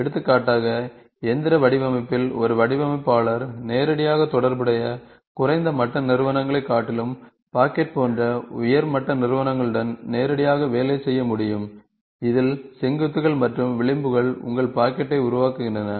எடுத்துக்காட்டாக இயந்திர வடிவமைப்பில் ஒரு வடிவமைப்பாளர் நேரடியாக தொடர்புடைய குறைந்த மட்ட நிறுவனங்களைக் காட்டிலும் பாக்கெட் போன்ற உயர் மட்ட நிறுவனங்களுடன் நேரடியாக வேலை செய்ய முடியும் இதில் செங்குத்துகள் மற்றும் விளிம்புகள் உங்கள் பாக்கெட்டை உருவாக்குகின்றன